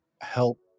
help